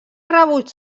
rebuig